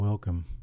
Welcome